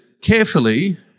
carefully